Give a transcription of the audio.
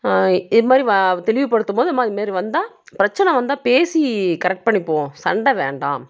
இதுமாதிரி வ தெளிவுப் படுத்தும்போது நம்ம அதுமாரி வந்தால் பிரச்சனை வந்தால் பேசி கரெக்ட் பண்ணிப்போம் சண்டை வேண்டாம்